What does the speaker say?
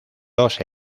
dos